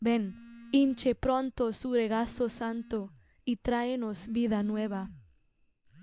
ven hinche pronto su regazo santo y traenos vida nueva